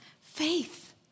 faith